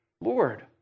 Lord